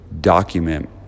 document